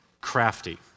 crafty